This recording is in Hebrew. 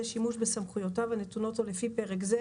שימשו בסמכויותיו הנתונות לו לפי פרק זה,